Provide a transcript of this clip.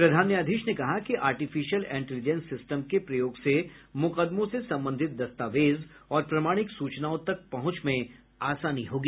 प्रधान न्यायाधीश ने कहा कि आर्टिफिशिएल इंटेलिजेंस सिस्टम के प्रयोग से मुकदमों से संबंधित दस्तावेज और प्रमाणिक सूचनाओं तक पहुंच में आसानी होगी